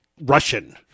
Russian